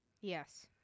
yes